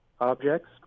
objects